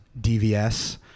DVS